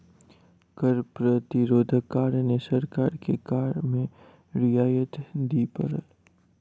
कर प्रतिरोधक कारणें सरकार के कर में रियायत दिअ पड़ल